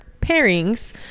pairings